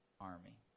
army